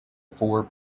four